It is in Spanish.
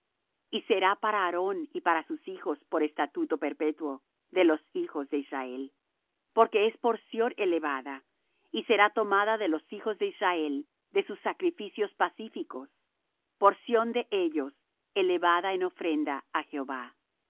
y será para aarón y para sus hijos por estatuto perpetuo de los hijos de israel porque es porción elevada y será tomada de los hijos de israel de sus sacrificios pacíficos porción de ellos elevada en ofrenda á jehová